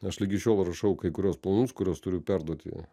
aš ligi šiol rašau kai kuriuos planus kuriuos turiu perduoti